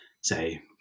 say